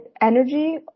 energy